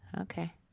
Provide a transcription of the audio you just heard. Okay